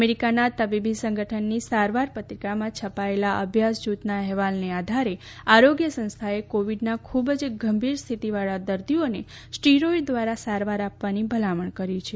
અમેરીકાના તબીબી સંગઠનની સત્તાવાર પત્રિકામાં છપાયેલા અભ્યાસ જૂથના અહેવાલના આધારે આરોગ્ય સંસ્થાએ કોવિડના ખૂબ જ ગંભીર સ્થિતિવાળા દર્દીઓને સ્ટીર્રોઈડ દ્વારા સારવાર આપવાની ભલામણ કરી છે